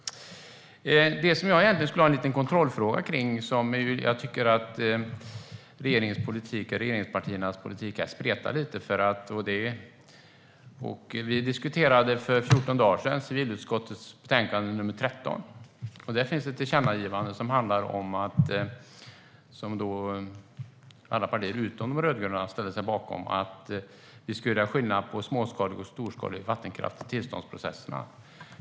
Jag skulle vilja ställa en liten kontrollfråga på en punkt där jag tycker att regeringens politik och regeringspartiernas politik spretar lite. Vi diskuterade för 14 dagar sedan civilutskottets betänkande nr 13. Där finns ett tillkännagivande som alla partier utom de rödgröna ställt sig bakom om att göra skillnad på småskalig och storskalig vattenkraft i tillståndsprocesserna.